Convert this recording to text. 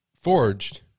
forged